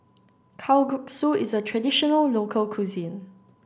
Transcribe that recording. Kalguksu is a traditional local cuisine